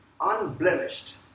unblemished